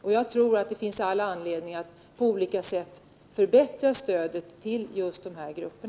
Det finns därför all anledning att förbättra stödet till just dessa grupper.